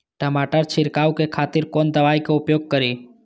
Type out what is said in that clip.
टमाटर छीरकाउ के खातिर कोन दवाई के उपयोग करी?